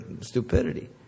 stupidity